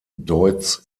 deutz